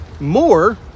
more